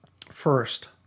first